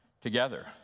together